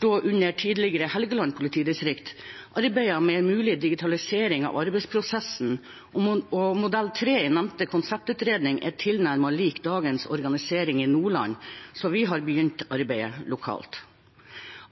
da under tidligere Helgeland politidistrikt, arbeidet med en mulig digitalisering av arbeidsprosessen, og modell tre i nevnte konseptutredning er tilnærmet lik dagens organisering i Nordland, så vi har begynt arbeidet lokalt.